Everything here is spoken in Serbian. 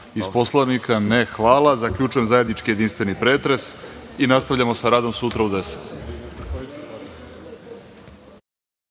iz Poslovnika? (Ne)Hvala. Zaključujem zajednički jedinstveni pretres. Nastavljamo sa radom sutra u 10.00